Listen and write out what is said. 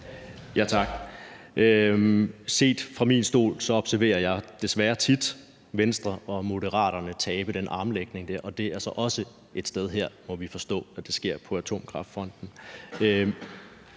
Tak. Set fra min stol observerer jeg desværre tit Venstre og Moderaterne tabe den armlægning der, og et sted, det så også sker, må vi forstå, er på atomkraftfronten.